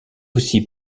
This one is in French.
aussi